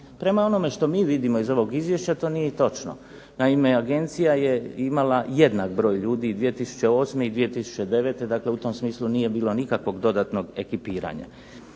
Prema onome što mi vidimo iz ovog Izvješća to nije točno. Naime, agencija je imala jednak broj ljudi i 2008. i 2009. Dakle, u tom smislu nije bilo nikakvog dodatnog ekipiranja.